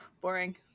boring